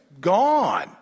gone